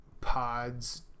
pods